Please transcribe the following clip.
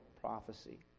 prophecy